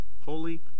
holy